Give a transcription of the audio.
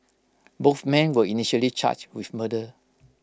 both men were initially charged with murder